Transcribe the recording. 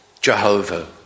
Jehovah